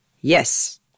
Yes